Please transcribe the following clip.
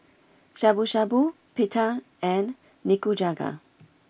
Shabu Shabu Pita and Nikujaga